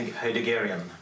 Heideggerian